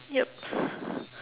yup